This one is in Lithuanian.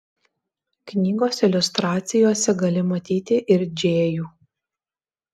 knygos iliustracijose gali matyti ir džėjų